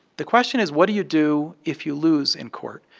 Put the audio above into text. the question is what do you do if you lose in court.